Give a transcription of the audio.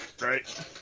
right